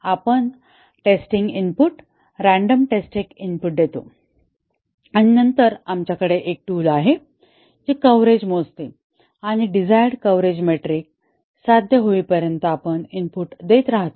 आपण testing input random testing input देतो आणि नंतर आमच्याकडे एक टूल आहे जे कव्हरेज मोजते आणि डिझायर्ड कव्हरेज मेट्रिक साध्य होईपर्यंत आपण इनपुट देत राहतो